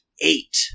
eight